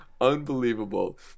unbelievable